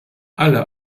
alle